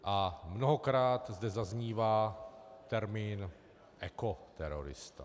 A mnohokrát zde zaznívá termín ekoterorista.